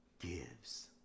gives